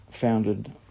founded